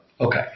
Okay